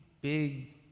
big